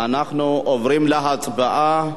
אנחנו עוברים להצבעה.